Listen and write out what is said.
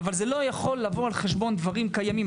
אבל זה לא יכול לבוא על חשבון דברים קיימים.